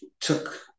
took